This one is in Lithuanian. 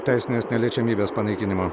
teisinės neliečiamybės panaikinimo